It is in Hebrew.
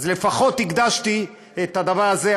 אז לפחות הקדשתי לדבר הזה.